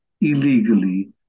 illegally